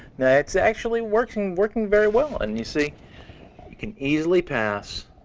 now it's actually working working very well, and you see you can easily pass